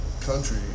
country